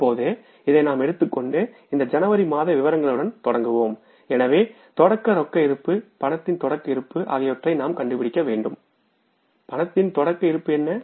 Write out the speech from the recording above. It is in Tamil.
இப்போது இதை நாம் எடுத்துக்கொண்டு இந்த ஜனவரி மாத விவரங்களுடன் தொடங்குவோம் எனவே தொடக்க ரொக்க இருப்பு பணத்தின் தொடக்க இருப்பு ஆகியவற்றை நாம் கண்டுபிடிக்க வேண்டும் பணத்தின் தொடக்க இருப்பு என்ன